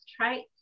traits